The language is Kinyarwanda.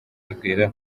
urugwiro